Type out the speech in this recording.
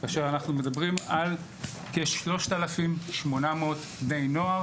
כאשר אנחנו מדברים על כ-3,800 בני נוער